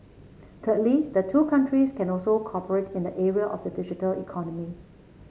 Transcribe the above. thirdly the two countries can also cooperate in the area of the digital economy